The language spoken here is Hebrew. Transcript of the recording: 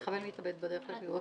נניח מחבל מתאבד בדרך לפיגוע.